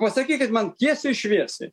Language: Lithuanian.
pasakykit man tiesiai šviesiai